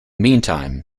meantime